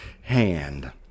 hand